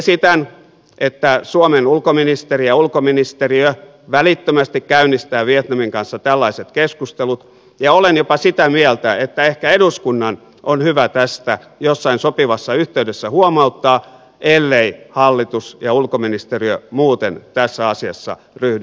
esitän että suomen ulkoministeri ja ulkoministeriö välittömästi käynnistää vietnamin kanssa tällaiset keskustelut ja olen jopa sitä mieltä että ehkä eduskunnan on hyvä tästä jossain sopivassa yhteydessä huomauttaa ellei hallitus ja ulkoministeriö muuten tässä asiassa ryhdy toimiin